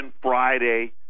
Friday